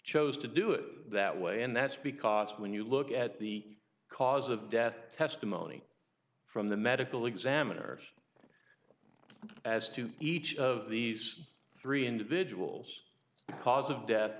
chose to do it that way and that's because when you look at the cause of death testimony from the medical examiner as to each of these three individuals the cause of death